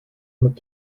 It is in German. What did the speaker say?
mit